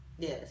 Yes